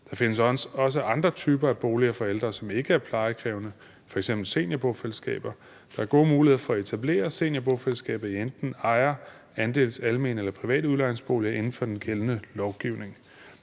Der findes også andre typer af boliger for ældre, som ikke er plejekrævende, f.eks. seniorbofællesskaber. Der er gode muligheder for at etablere et seniorbofællesskab i enten ejer-, andels-, almene eller private udlejningsboliger inden for den gældende lovgivning.